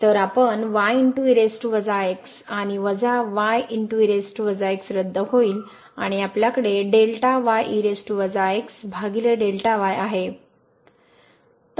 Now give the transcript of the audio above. तर आपण आणि वजा रद्द होईल आणि नंतर आपल्याकडे आहे